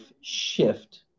shift